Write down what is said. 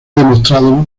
demostrado